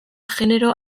genero